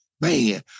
Man